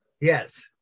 Yes